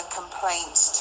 complaints